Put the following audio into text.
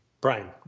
Brian